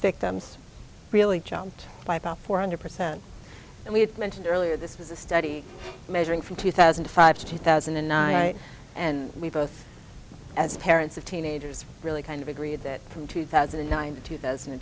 victims really jumped by about four hundred percent and we had mentioned earlier this was a study measuring from two thousand and five to two thousand and nine and we both as parents of teenagers really kind of agreed that from two thousand and nine to two thousand